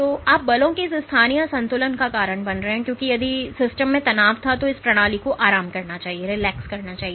तो आप बलों के इस स्थानीय असंतुलन का कारण बन रहे हैं क्योंकि यदि सिस्टम में तनाव था तो इस प्रणाली को आराम करना चाहिए